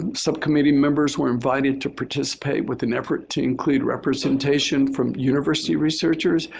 and subcommittee members were invited to participate with an effort to include representation from university researchers,